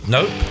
Nope